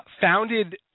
founded